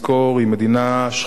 היא מדינה שכנה,